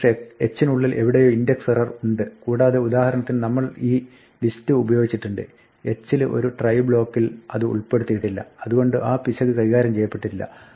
ഒരുപക്ഷെ h നുള്ളിൽ എവിടെയോ ഒരു ഇൻഡക്സ് എറർ ഉണ്ട് കൂടാതെ ഉദാഹരണത്തിന് നമ്മൾ ഈ ലിസ്റ്റ് ഉപയോഗിച്ചിട്ടുണ്ട് h ൽ ഒരു ട്രൈ ബ്ലോക്കിൽ അത് ഉൾപ്പെടുത്തിയിട്ടില്ല അതുകൊണ്ട് ആ പിശക് കൈകാര്യം ചെയ്യപ്പെട്ടിട്ടില്ല